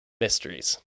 mysteries